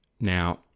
Now